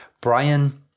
Brian